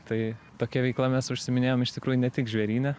tai tokia veikla mes užsiiminėjom iš tikrųjų ne tik žvėryne